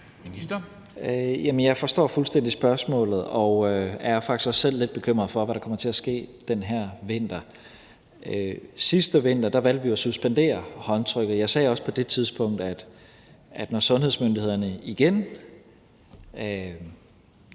Jeg forstår fuldstændig spørgsmålet og er faktisk også selv lidt bekymret for, hvad der kommer til at ske i den her vinter. Sidste vinter valgte vi jo at suspendere håndtrykket. Jeg sagde også på det tidspunkt, at når sundhedsmyndighederne igen